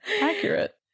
accurate